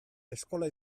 eskola